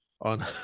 on